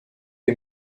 est